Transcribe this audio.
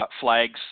flags